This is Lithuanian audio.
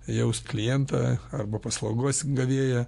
jaust klientą arba paslaugos gavėją